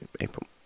April